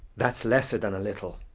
that's lesser than a little.